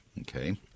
Okay